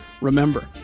Remember